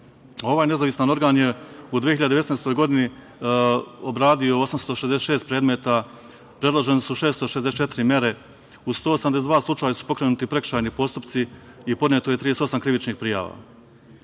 nezavisan organ je u 2019. godini obradio 866 predmeta. Predložene su 664 mere. U 182 slučaja su pokrenuti prekršajni postupci i podneto je 38 krivičnih